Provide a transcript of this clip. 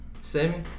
Sammy